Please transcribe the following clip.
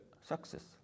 success